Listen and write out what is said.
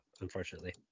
unfortunately